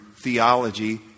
theology